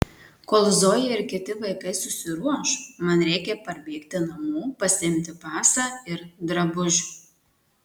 kol zoja ir kiti vaikai susiruoš man reikia parbėgti namo pasiimti pasą ir drabužių